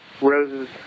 Rose's